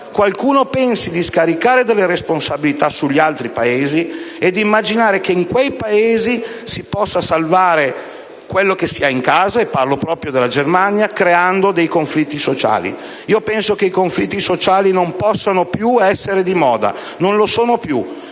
Paese pensi di scaricare delle responsabilità sugli altri Paesi; e non ci piace immaginare che in quei Paesi si possa salvare quello che si ha in casa (e mi riferisco proprio alla Germania) creando dei conflitti sociali. I conflitti sociali non possono più essere di moda. Non lo sono più.